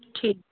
ਠੀਕ